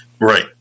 Right